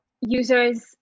users